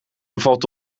bevat